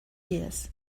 years